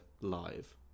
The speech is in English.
live